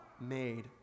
made